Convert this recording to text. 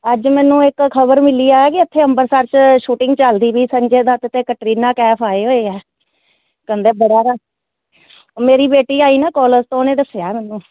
ਅੱਜ ਮੈਨੂੰ ਇੱਕ ਖਬਰ ਮਿਲੀ ਆ ਕਿ ਇੱਥੇ ਅੰਮ੍ਰਿਤਸਰ 'ਚ ਸ਼ੂਟਿੰਗ ਚੱਲਦੀ ਪਈ ਸੰਜੇ ਦੱਤ ਅਤੇ ਕੈਟਰੀਨਾ ਕੈਫ ਆਏ ਹੋਏ ਹੈ ਕਹਿੰਦੇ ਬੜਾ ਰਸ਼ ਓਹ ਮੇਰੀ ਬੇਟੀ ਆਈ ਨਾ ਕੋਲੇਜ ਤੋਂ ਉਹਨੇ ਦੱਸਿਆ ਮੈਨੂੰ